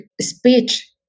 speech